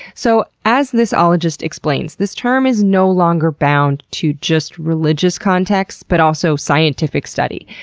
so as this ologist explains, this term is no longer bound to just religious contexts, but also scientific study.